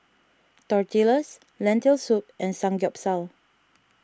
Tortillas Lentil Soup and Samgeyopsal